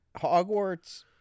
Hogwarts